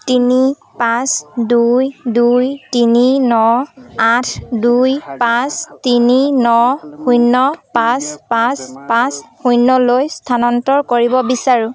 তিনি পাঁচ দুই দুই তিনি ন আঠ দুই পাঁচ তিনি ন শূন্য পাঁচ পাঁচ পাঁচ শূন্যলৈ স্থানান্তৰ কৰিব বিচাৰো